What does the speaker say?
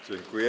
Dziękuję.